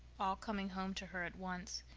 all coming home to her at once,